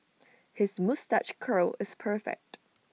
his moustache curl is perfect